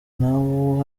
nawo